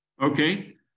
Okay